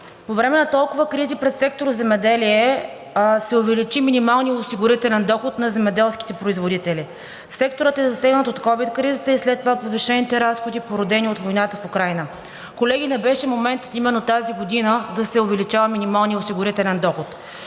По време на толкова кризи пред сектор „Земеделие“ се увеличи минималният осигурителен доход на земеделските производители. Секторът е засегнат от ковид кризата и след това от повишените разходи, породени от войната в Украйна. Колеги, не беше моментът именно тази година да се увеличава минималният осигурителен доход.